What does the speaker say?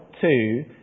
two